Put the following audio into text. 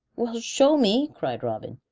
well, show me, cried robin.